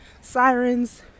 sirens